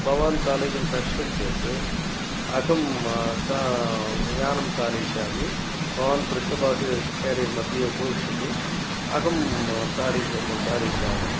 भवान् चालयितुं कष्टं चेत् अहं चा यानं चालयिष्यामि भवान् पृष्ठभागे केरियर्मध्ये उपविशतु अहं म चालयि चालयिष्यामि